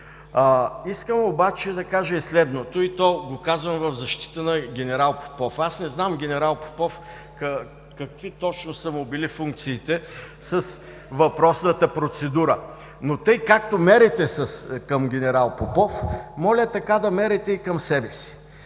Искам да кажа и следното в защита на генерал Попов. Аз не знам генерал Попов какви точно функции е имал с въпросната процедура, но тъй както се мерите към генерал Попов, моля така да се мерите и към себе си.